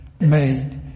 made